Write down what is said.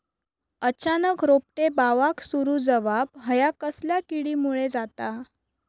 अचानक रोपटे बावाक सुरू जवाप हया कसल्या किडीमुळे जाता?